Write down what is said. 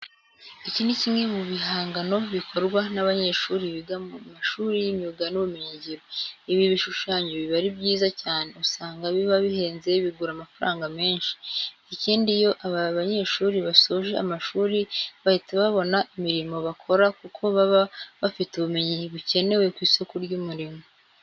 Iki ni kimwe mu bihangano bikorwa n'abanyeshuri biga mu mashuri y'imyuga n'ubumenyingiro. Ibi bishushanyo biba ari byiza cyane, usanga biba bihenze bigura amafaranga menshi. Ikindi iyo aba banyeshuri basoje amashuri bahita babona imirimo bakora kuko baba bafite ubumenyi bukenewe ku isoko ry'umurimo.